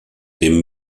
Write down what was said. dem